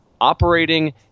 operating